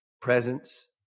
Presence